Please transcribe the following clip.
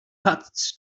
cats